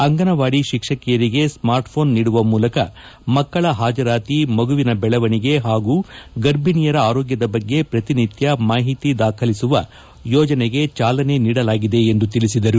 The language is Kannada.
ಅಂಗನವಾಡಿ ಶಿಕ್ಷಕಿಯರಿಗೆ ಸ್ಮಾರ್ಟ್ಫೋನ್ ನೀಡುವ ಮೂಲಕ ಮಕ್ಕಳ ಪಾಜರಾತಿ ಮಗುವಿನ ಬೆಳವಣಿಗೆ ಹಾಗೂ ಗರ್ಭೀಣಿಯರ ಆರೋಗ್ಯದ ಬಗ್ಗೆ ಪ್ರತಿನಿತ್ತ ಮಾಹಿತಿ ದಾಖಲಿಸುವ ಯೋಜನೆಗೆ ಚಾಲನೆ ನೀಡಲಾಗಿದೆ ಎಂದು ತಿಳಿಸಿದರು